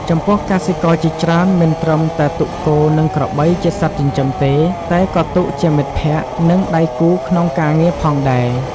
ចំពោះកសិករជាច្រើនមិនត្រឹមតែទុកគោ និងក្របីជាសត្វចិញ្ចឹមទេ តែក៏ទុកជាមិត្តភក្ដិ និងដៃគូក្នុងការងារផងដែរ។